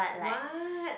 what